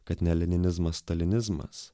kad ne leninizmas stalinizmas